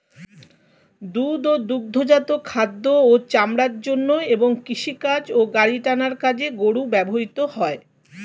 দুধ ও দুগ্ধজাত খাদ্য ও চামড়ার জন্য এবং কৃষিকাজ ও গাড়ি টানার কাজে গরু ব্যবহৃত হয়